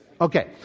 Okay